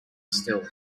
still